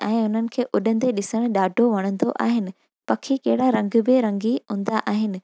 ऐं हुननि खे उड़ंदे ॾिसणु ॾाढो वणंदो आहिनि पखी कहिड़ा रंग बिरंगी हूंदा आहिनि